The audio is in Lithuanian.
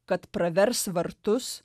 kad pravers vartus